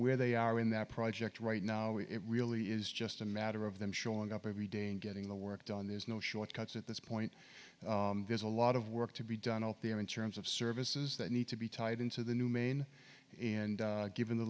where they are in that project right now it really is just a matter of them showing up every day and getting the work done there's no short cuts at this point there's a lot of work to be done up there in terms of services that need to be tied into the new main and given the